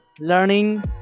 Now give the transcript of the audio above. learning